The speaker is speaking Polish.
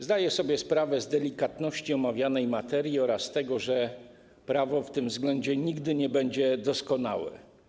Zdaję sobie sprawę z delikatności omawianej materii oraz z tego, że prawo w tym względzie nigdy nie będzie doskonałe.